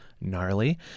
gnarly